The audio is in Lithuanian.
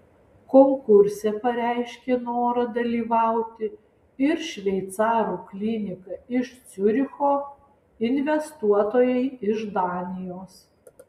konkurse pareiškė norą dalyvauti ir šveicarų klinika iš ciuricho investuotojai iš danijos